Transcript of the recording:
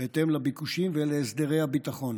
בהתאם לביקושים ולהסדרי הביטחון.